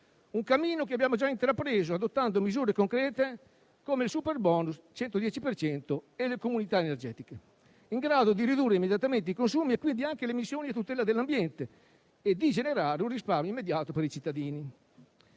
un cammino che abbiamo già intrapreso, adottando misure concrete, come il superbonus 110 per cento e le comunità energetiche, in grado di ridurre immediatamente i consumi e quindi anche le emissioni a tutela dell'ambiente e di generare un risparmio immediato per i cittadini.